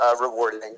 rewarding